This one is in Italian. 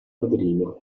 padrino